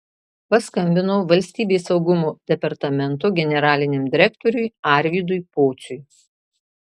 paskambinau valstybės saugumo departamento generaliniam direktoriui arvydui pociui